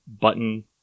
button